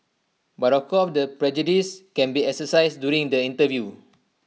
but of course the prejudice can be exercised during the interview